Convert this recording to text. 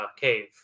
cave